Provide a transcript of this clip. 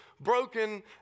broken